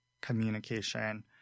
communication